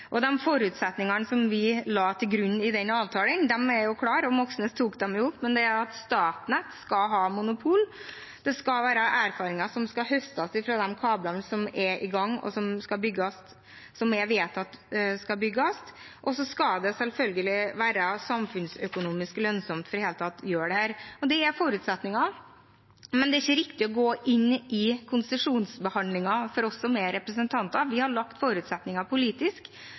forutsetningene som vi la til grunn i den avtalen, er klare, og Moxnes tok dem opp. Det er at Statnett skal ha monopol, erfaringer skal høstes fra de kablene som er i gang, som skal bygges, og som er vedtatt skal bygges, og så skal det selvfølgelig være samfunnsøkonomisk lønnsomt for i det hele tatt å gjøre det. Det er forutsetninger, men det er ikke riktig for oss som er representanter, å gå inn i konsesjonsbehandlingen. Vi har lagt forutsetninger politisk,